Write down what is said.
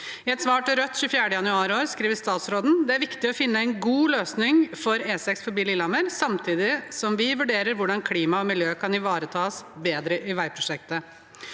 I et svar til Rødt 24. januar i år skrev statsråden: «Det er viktig å finne en god løsning for E6 forbi Lillehammer, samtidig som vi vurderer hvordan klima og miljø kan ivaretas bedre i veiprosjektet.»